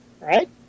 Right